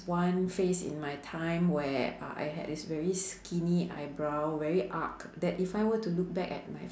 one phase in my time where uh I had this very skinny eyebrow very arched that if I were to look back at my